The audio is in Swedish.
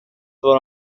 var